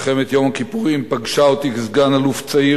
מלחמת יום הכיפורים פגשה אותי כסגן-אלוף צעיר